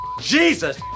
Jesus